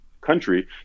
country